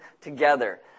together